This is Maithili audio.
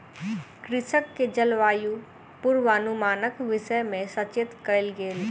कृषक के जलवायु पूर्वानुमानक विषय में सचेत कयल गेल